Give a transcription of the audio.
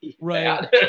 Right